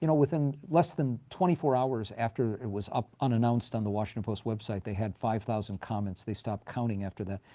you know within less than twenty four hours after it was up unannounced on the washington post website, they had five thousand comments. they stop counting after that.